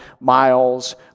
miles